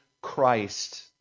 Christ